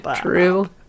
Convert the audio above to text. true